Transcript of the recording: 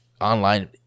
online